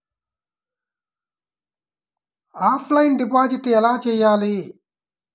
Offline deposit ఎలా చేయాలి?